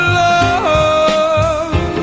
love